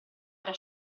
era